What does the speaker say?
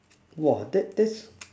!wah! that that's